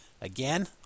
Again